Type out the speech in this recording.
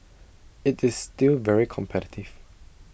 IT is still very competitive